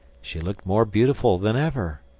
she looked more beautiful than ever.